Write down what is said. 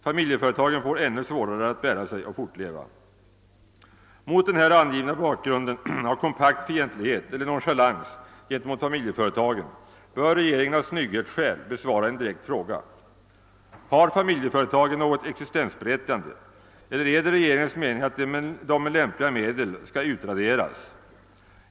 Familjeföretagen får ännu svårare att bära sig och fortleva. Mot den här angivna bakgrunden av kompakt fientlighet eller nonchalans gentemot familjeföretagen bör regeringen av snygghetsskäl besvara en direkt fråga: Har familjeföretagen något existensberättigande eller är det regeringens mening att de med lämpliga medel skall utraderas?